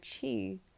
chi